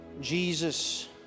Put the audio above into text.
Jesus